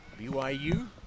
BYU